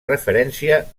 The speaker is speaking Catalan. referència